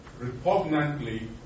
repugnantly